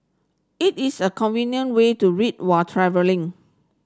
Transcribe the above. it is a convenient way to read while travelling